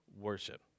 worship